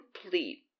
complete